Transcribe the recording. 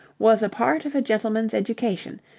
was a part of a gentleman's education,